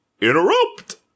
interrupt